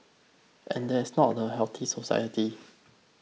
and that's not the healthy society